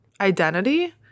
identity